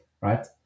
right